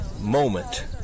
moment